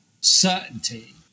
certainty